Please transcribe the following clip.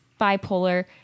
bipolar